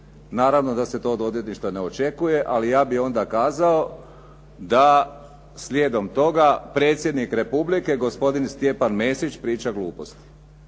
naravno da se to od odvjetništva ne očekuje, ali ja bih onda kazao da slijedom toga predsjednik Republike gospodin Stjepan Mesić priča gluposti